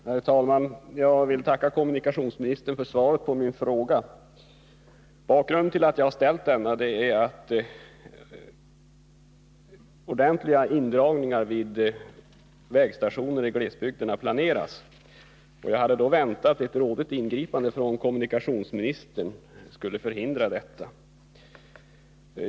Herr talman! Jag vill tacka kommunikationsministern för svaret på min fråga. Bakgrunden till att jag ställt den är att ordentliga indragningar vid vägstationer i glesbygden planeras. Jag hade väntat att ett rådigt ingripande från kommunikationsministern skulle förhindra detta.